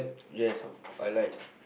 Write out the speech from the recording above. yes of course I like